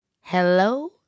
Hello